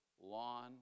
lawn